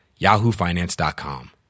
yahoofinance.com